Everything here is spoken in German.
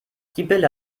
sibylle